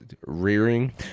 rearing